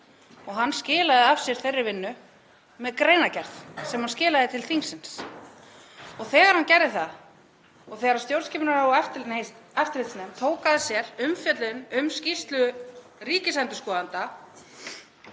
Hann skilaði af sér þeirri vinnu með greinargerð sem hann skilaði til þingsins. Þegar hann gerði það og þegar stjórnskipunar- og eftirlitsnefnd tók að sér umfjöllun um skýrslu ríkisendurskoðanda